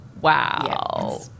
wow